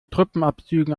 truppenabzügen